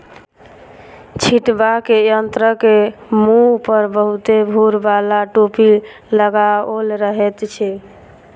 छिटबाक यंत्रक मुँह पर बहुते भूर बाला टोपी लगाओल रहैत छै